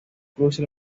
cruza